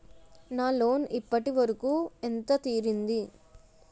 నా లోన్ ఇప్పటి వరకూ ఎంత తీరింది?